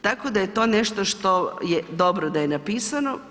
Tako da je to nešto što je dobro da je napisano.